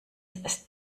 ist